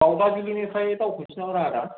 दावबाजुलिनिफ्राय दावखोनोसै नामाब्रा आदा